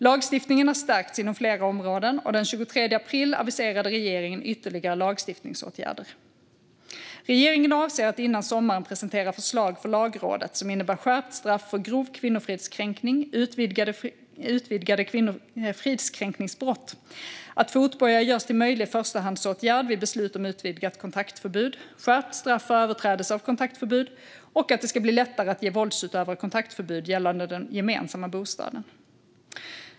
Lagstiftningen har stärkts inom flera områden, och den 23 april aviserade regeringen ytterligare lagstiftningsåtgärder. Regeringen avser att före sommaren presentera förslag för Lagrådet som innebär skärpt straff för grov kvinnofridskränkning, utvidgade fridskränkningsbrott, att fotboja görs till möjlig förstahandsåtgärd vid beslut om utvidgat kontaktförbud, skärpt straff för överträdelse av kontaktförbud och att det ska bli lättare att ge våldsutövare kontaktförbud gällande den gemensamma bostaden.